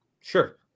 Sure